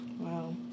wow